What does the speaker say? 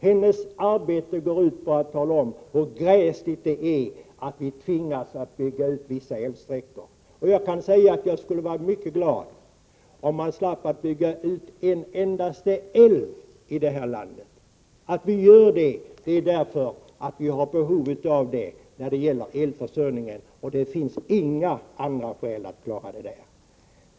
Hennes arbete går ut på att tala om hur gräsligt det är att vi tvingas bygga ut vissa älvsträckor. Jag skulle vara mycket glad om vi inte behövde bygga ut en enda älv i det här landet. Att vi gör det beror på att vi har behov av det för elförsörjningen. Det finns inte några andra skäl till detta.